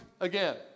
again